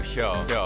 Show